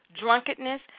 drunkenness